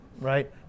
right